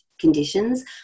conditions